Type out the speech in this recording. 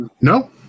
No